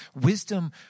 wisdom